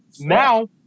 now